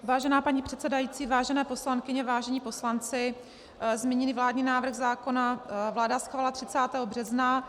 Vážená paní předsedající, vážené poslankyně, vážení poslanci, zmíněný vládní návrh zákona vláda schválila 30. března.